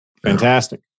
Fantastic